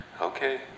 Okay